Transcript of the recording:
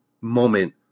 moment